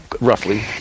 roughly